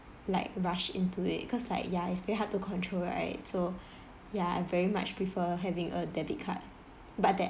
like rush into it because like ya it's very hard to control right so ya I very much prefer having a debit card but there